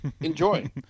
Enjoy